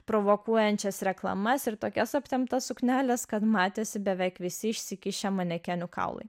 provokuojančias reklamas ir tokias aptemptas sukneles kad matėsi beveik visi išsikišę manekenių kaulai